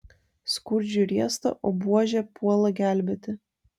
skurdžiui riesta o buožė puola gelbėti